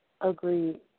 Agreed